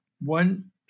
one